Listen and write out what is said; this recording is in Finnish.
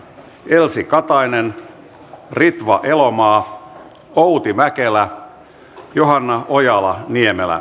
elsi katainen ritva elomaa outi mäkelä ja johanna ojala niemelä